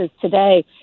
today